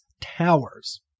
towers